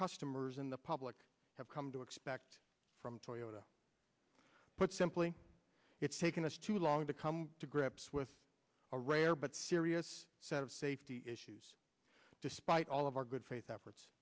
customers and the public have come to expect from toyota put simply it's taken us too long to come to grips with a rare but serious set of safety issues despite all of our good faith efforts